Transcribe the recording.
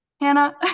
Hannah